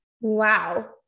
Wow